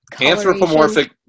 anthropomorphic